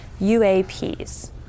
UAPs